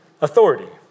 authority